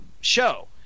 show